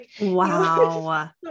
wow